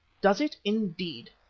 does it indeed?